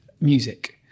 music